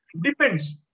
depends